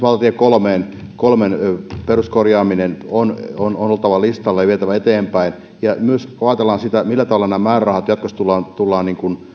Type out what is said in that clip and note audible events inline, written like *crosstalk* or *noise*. *unintelligible* valtatie kolmen kolmen peruskorjaamisen on on oltava kyllä listalla ja sitä on vietävä eteenpäin ja myös kun ajatellaan sitä millä tavalla nämä määrärahat jatkossa tullaan tullaan